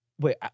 wait